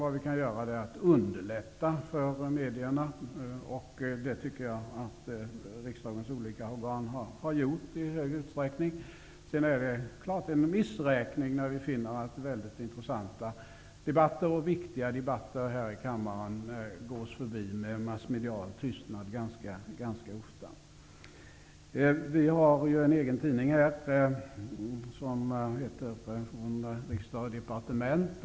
Vad vi kan göra är att underlätta för medierna, och det anser jag att riksdagens olika organ i hög utsträckning har gjort. Det är självfallet en missräkning när vi finner att mycket intressanta och viktiga debatter här i kammaren ganska ofta gås förbi med massmedial tystnad. Vi har en egen tidning som heter Från Riksdag & Departement.